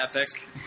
epic